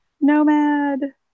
Nomad